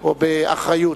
או באחריות.